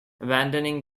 abandoning